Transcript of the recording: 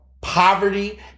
Poverty